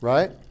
Right